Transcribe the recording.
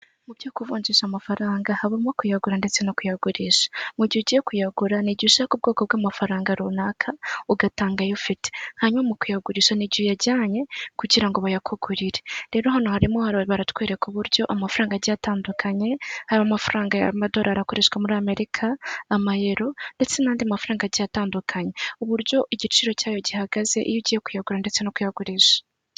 Mu byo ku kuvunjisha amafaranga habamo kuyagura ndetse no kuyagurisha, mu gihe ugiye kuyagura ni igihe ushaka ubwoko bw'amafaranga runaka ugatanga ayo ufite, hanyuma mu kuyagurisha n'igihe uyajyanye kugira ngo bayakugurire, rero hano harimo ha baratwereka uburyo amafaranga agiye atandukanye, hari amafaranga a' madolari akoreshwa muri amerika, amayero, ndetse n'andi mafaranga agiye atandukanye, uburyo igiciro cyayo gihagaze iyo ugiye kuyagura ndetse no kuyakoresharisha.